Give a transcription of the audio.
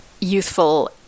Youthful